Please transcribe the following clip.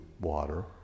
water